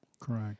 Correct